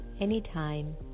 anytime